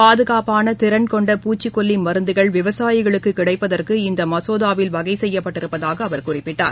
பாதுகாப்பான திறன் கொண்ட பூச்சிக்கொல்லி மருந்துகள் விவசாயிகளுக்கு கிடைப்பதற்கு இந்த மசோதாவில் வகை செய்யப்பட்டிருப்பதாக அவர் குறிப்பிட்டார்